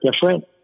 different